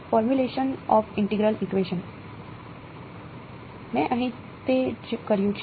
formulation of integral equation મેં અહીં તે જ કર્યું છે